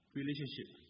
relationship